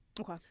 Okay